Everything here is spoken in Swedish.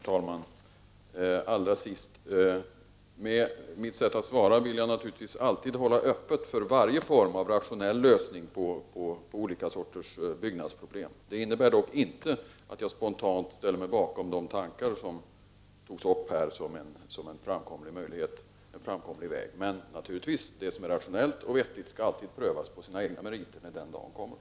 Herr talman! Med mitt sätt att svara vill jag naturligtvis alltid hålla öppet för varje form av rationell lösning på olika sorters byggnadsproblem. Det innebär dock icke att jag spontant ställer mig bakom de tankar som togs upp här som en framkomlig väg. Men. naturligtvis, det som är rationellt och vettigt skall alltid prövas på sina egna meriter när den dagen kommer.